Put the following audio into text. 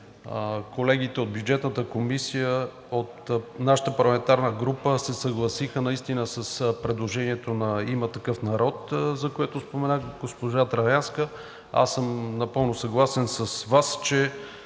колегите от Бюджетната комисия от нашата парламентарна група се съгласиха наистина с предложението на „Има такъв народ“, за което спомена госпожа Траянска. Аз съм напълно съгласен с Вас, че